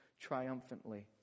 triumphantly